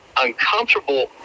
uncomfortable